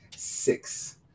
Six